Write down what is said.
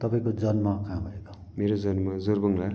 तपाईँको जन्म कहाँ भएको मेरो जन्म जोरबङ्गला